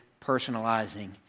personalizing